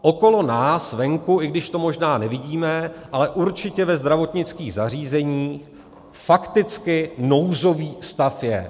Okolo nás venku, i když to možná nevidíme, ale určitě ve zdravotnických zařízeních fakticky nouzový stav je.